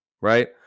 right